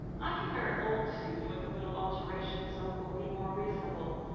i can wear an old suit with a little alteration so it will be more reasonable.